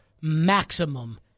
maximum